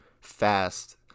fast